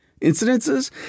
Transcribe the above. incidences